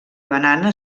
banana